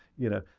you know,